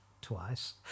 twice